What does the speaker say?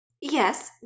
Yes